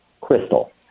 crystal